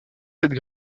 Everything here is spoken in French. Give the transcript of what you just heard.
cette